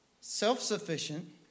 Self-sufficient